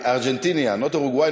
Argentinian, not from Uruguay.